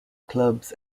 clubs